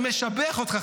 אני משבח אותך,